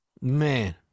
Man